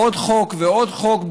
עוד חוק ועוד חוק,